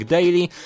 Daily